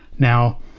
now